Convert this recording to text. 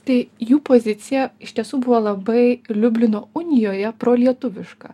tai jų pozicija iš tiesų buvo labai liublino unijoje prolietuviška